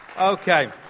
Okay